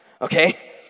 Okay